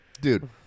Dude